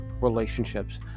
relationships